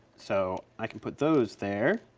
so i can put those there.